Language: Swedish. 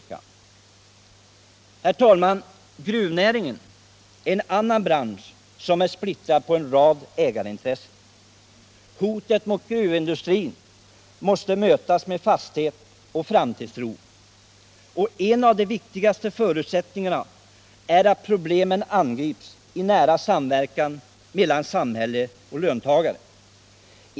Vi slår vakt om allemansrätten. Herr talman! Gruvnäringen är en annan bransch som är splittrad på en rad ägarintressen. Hotet mot gruvindustrin måste mötas med fasthet och framtidstro. En av de viktigaste förutsättningarna är att problemen angrips i nära samverkan mellan samhälle och löntagare.